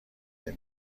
این